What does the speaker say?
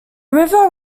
river